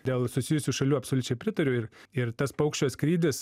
dėl susijusių šalių absoliučiai pritariu ir ir tas paukščio skrydis